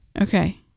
Okay